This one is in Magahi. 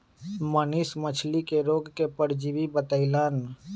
मनीष मछ्ली के रोग के परजीवी बतई लन